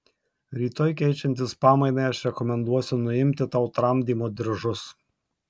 rytoj keičiantis pamainai aš rekomenduosiu nuimti tau tramdymo diržus